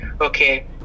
okay